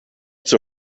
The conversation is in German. zur